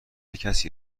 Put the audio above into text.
کسی